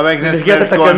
חבר הכנסת מאיר כהן, בבקשה.